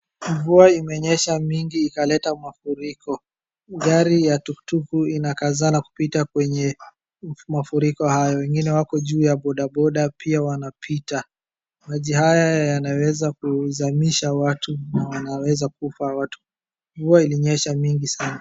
Mvua imenyesha mingi ikaleta mafuriko, gari ta tuk tuku inakazana kupita kwenye mafuriko hayo, wengine wako juu ya boda boda pia wanapita, maji haya yanaweza kuzamisha watu na wanaweza kufa watu. Mvua ilinyesha mingi sana.